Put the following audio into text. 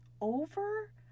over